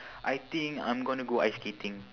I think I'm gonna go ice skating